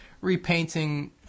repainting